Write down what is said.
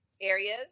areas